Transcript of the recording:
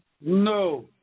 No